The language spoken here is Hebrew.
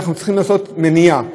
אנחנו צריכים לעשות מניעה,